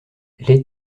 les